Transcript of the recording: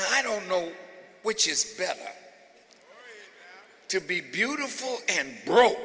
i don't know which is bet to be beautiful and broke